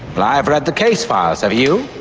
but i've read the case files, have you?